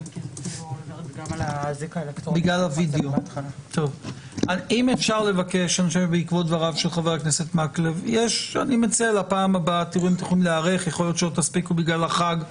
כן --- האם אפשר לבקש יכול להיות שלא תספיקו בגלל החג,